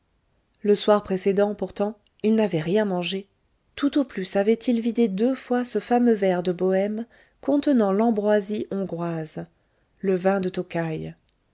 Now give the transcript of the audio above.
le soir précédent pourtant il n'avait rien mangé tout au plus avait-il vidé deux fois ce fameux verre de bohème content l'ambroisie hongroise le vin de tokai